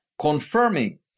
confirming